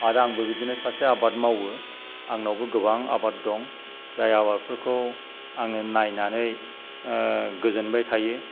आरो आंबो बिदिनो सासे आबाद मावो आंनावबो गोबां आबाद दं जाय आबादफोरखौ आङो नायनानै गोजोनबाय थायो